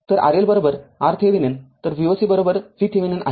तर RL RTheveninतर Voc VThevenin आहे